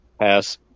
pass